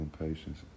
impatience